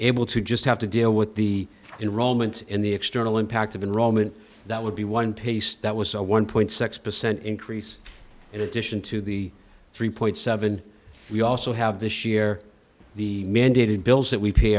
able to just have to deal with the enrollment in the external impact of enrollment that would be one piece that was a one point six percent increase in addition to the three point seven we also have this year the mandated bills that we pay